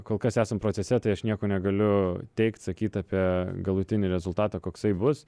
kol kas esam procese tai aš nieko negaliu teigt sakyt apie galutinį rezultatą koksai bus